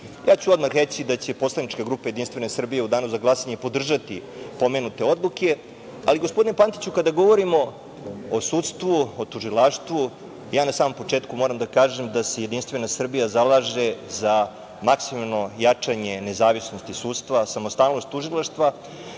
ću odmah reći da će poslanička grupa JS u danu za glasanje podržati pomenute odluke. Ali, gospodine Pantiću, kada govorimo o sudstvu, o tužilaštvu ja na samom početku moram da kažem da se JS zalaže za maksimalno jačanje nezavisnosti sudstva, samostalnost tužilaštva,